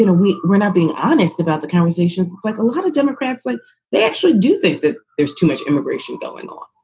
and we we're not being honest about the conversation like a lot of democrats when they actually do think that there's too much immigration going on,